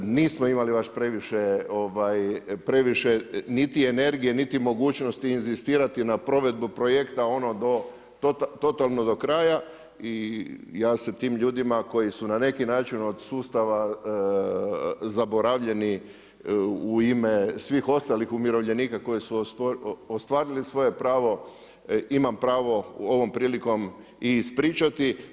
Nismo imali baš previše niti energije niti mogućnosti inzistirati na provedbu projekta, ono do totalno do kraja i ja se tim ljudima koji su na nekim način od sustava zaboravljeni, u ime svih ostalih umirovljenika koje su ostvarili svoje pravo, imam pravo ovom prilikom i ispričati.